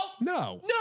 No